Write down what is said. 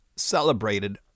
celebrated